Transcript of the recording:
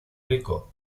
rico